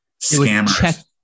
scammers